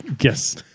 Yes